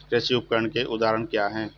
कृषि उपकरण के उदाहरण क्या हैं?